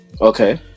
Okay